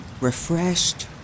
refreshed